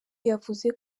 yavuze